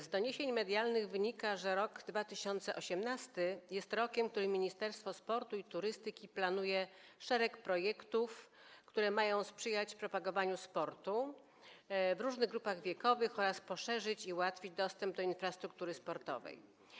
Z doniesień medialnych wynika, że rok 2018 jest rokiem, w którym Ministerstwo Sportu i Turystyki planuje szereg projektów, które mają sprzyjać propagowaniu sportu w różnych grupach wiekowych oraz poszerzyć i ułatwić dostęp do infrastruktury sportowej.